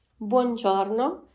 Buongiorno